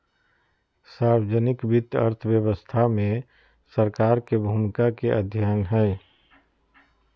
सार्वजनिक वित्त अर्थव्यवस्था में सरकार के भूमिका के अध्ययन हइ